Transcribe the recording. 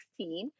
2016